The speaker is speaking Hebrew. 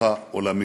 הצלחה עולמי.